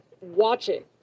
watching